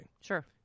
Sure